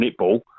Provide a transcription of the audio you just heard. netball